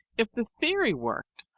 if the theory worked,